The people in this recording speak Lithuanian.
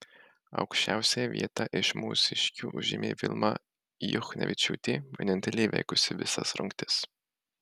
aukščiausiąją vietą iš mūsiškių užėmė vilma juchnevičiūtė vienintelė įveikusi visas rungtis